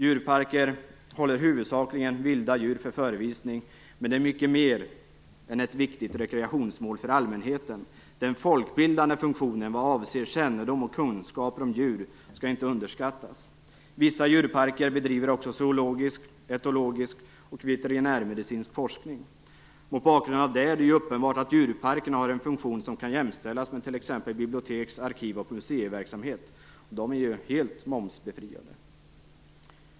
Djurparker håller huvudsakligen vilda djur för förevisning, men de är mycket mer än ett viktigt rekreationsmål för allmänheten. Den folkbildande funktionen i vad avser kännedom och kunskaper om djur skall inte underskattas. Vissa djurparker bedriver också zoologisk, etologisk och veterinärmedicinsk forskning. Mot bakgrund av detta är det uppenbart att djurparkerna har en funktion som kan jämställas med t.ex. biblioteks-, arkiv och museiverksamhet, vilka är helt momsbefriade.